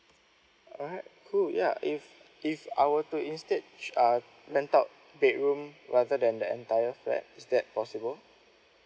what cool ya if if I were to instead uh rent out bedroom rather than the entire flat is that possible